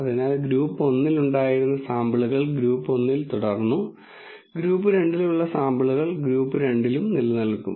അതിനാൽ ഗ്രൂപ്പ് 1 ൽ ഉണ്ടായിരുന്ന സാമ്പിളുകൾ ഗ്രൂപ്പ് 1 ൽ തുടർന്നു ഗ്രൂപ്പ് 2 ൽ ഉള്ള സാമ്പിളുകൾ ഗ്രൂപ്പ് 2 ൽ നിലനിൽക്കും